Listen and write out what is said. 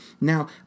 Now